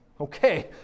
Okay